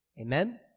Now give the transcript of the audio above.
Amen